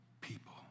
people